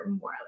more